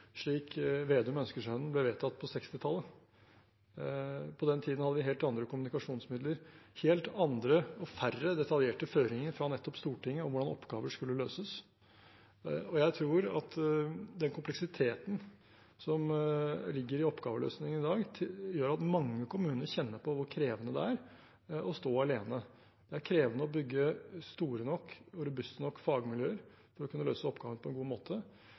slik Slagsvold Vedum ønsker seg den, ble vedtatt på 1960-tallet. På den tiden hadde de helt andre kommunikasjonsmidler, helt andre og færre detaljerte føringer fra nettopp Stortinget om hvordan oppgaver skulle løses. Jeg tror at den kompleksiteten som ligger i oppgaveløsningen i dag, gjør at mange kommuner kjenner på hvor krevende det er å stå alene. Det er krevende å bygge store nok og robuste nok fagmiljøer for å kunne løse oppgavene på en god måte.